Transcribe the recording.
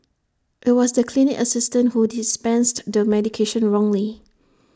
IT was the clinic assistant who dispensed the medication wrongly